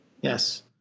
Yes